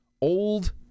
Old